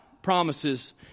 promises